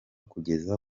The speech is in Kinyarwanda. kugera